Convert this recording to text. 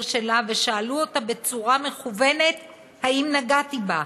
שלה ושאלו אותה בצורה מכוונת אם נגעתי בה,